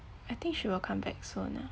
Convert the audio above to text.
I think she will come back soon ah